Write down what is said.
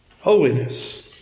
Holiness